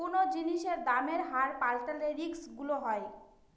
কোনো জিনিসের দামের হার পাল্টালে রিস্ক গুলো হয়